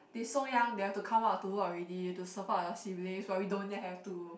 they so young they have to come out to work already to support their siblings but we don't have to